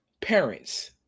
parents